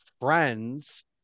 friends